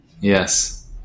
yes